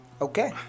Okay